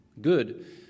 Good